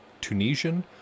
Tunisian